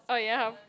oh ya